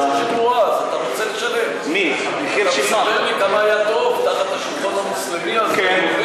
אתה מספר לי כמה היה טוב תחת השלטון המוסלמי אז?